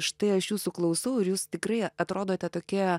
štai aš jūsų klausau ir jūs tikrai atrodote tokie